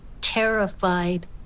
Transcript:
terrified